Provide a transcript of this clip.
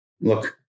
look